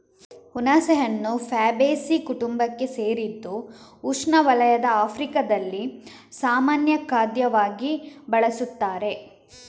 ಹುಣಸೆಹಣ್ಣು ಫ್ಯಾಬೇಸೀ ಕುಟುಂಬಕ್ಕೆ ಸೇರಿದ್ದು ಉಷ್ಣವಲಯದ ಆಫ್ರಿಕಾದಲ್ಲಿ ಸಾಮಾನ್ಯ ಖಾದ್ಯವಾಗಿ ಬಳಸುತ್ತಾರೆ